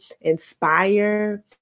inspire